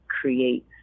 creates